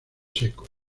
secos